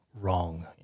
wrong